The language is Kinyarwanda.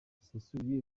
busesuye